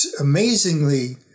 amazingly